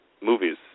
movies